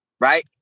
right